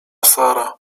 sara